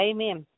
Amen